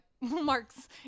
Mark's